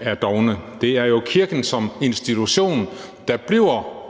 er dovne. Det er jo kirken som institution, der bliver